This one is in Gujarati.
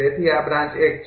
તેથી આ બ્રાન્ચ છે